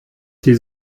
die